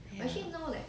ya